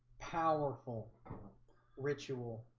powerful ritual